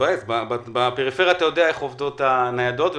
אתה יודע איך עובדות הניידות בפריפריה,